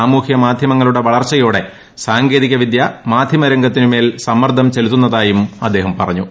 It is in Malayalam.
സാമൂഹൃ മാധ്യമങ്ങളുടെ വളർച്ചയോടെ സാങ്കേതിക വിദ്യ മാധ്യമരംഗത്തിന് മേൽ സമ്മർദ്ദം ചെലുത്തുന്നതായും അദ്ദേഹം പറഞ്ഞു